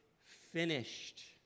finished